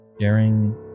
sharing